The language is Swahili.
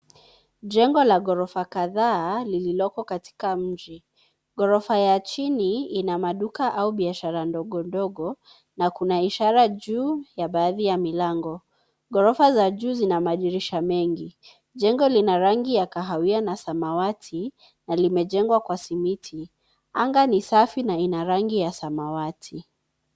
Jengo la ghorofa kadhaa lilliloko katika mji. Ghorofa ya chini ina maduka au biashara ndogo ndogo na kuna ishara juu ya baadhi ya milango. Ghorofa za juu zina madirisha mengi .Jengo lina rangi ya kahawia na samawati na limejengwa kwa simiti. Anga ni safi na ina rangi ya samawati.